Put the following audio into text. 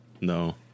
No